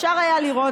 אפשר היה לראות,